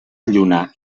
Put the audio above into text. lluna